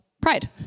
pride